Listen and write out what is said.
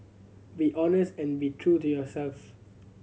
be honest and be true to yourself